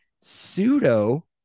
pseudo